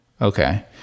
Okay